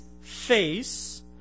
face